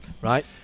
Right